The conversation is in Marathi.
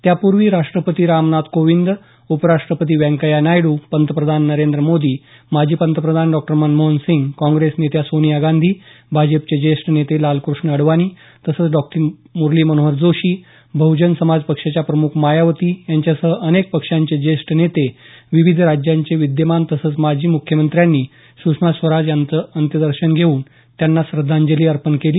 त्यापूर्वी राष्ट्रपती रामनाथ कोविंद उपराष्ट्रपती व्यंकय्या नायडू पंतप्रधान नरेंद्र मोदी माजी पंतप्रधान डॉ मनमोहन सिंह काँग्रेस नेत्या सोनिया गांधी भाजपचे ज्येष्ठ नेते लालकृष्ण अडवाणी तसंच डॉ मुरली मनोहर जोशी बहुजन समाज पक्षाच्या प्रमुख मायावती यांच्यासह अनेक पक्षांचे ज्येष्ठ नेते विविध राज्यांचे विद्यमान तसंच माजी मुख्यमंत्र्यांनी सुषमा स्वराज यांचं अंत्यदर्शन घेऊन त्यांना श्रद्धांजली अर्पण केली